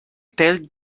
tell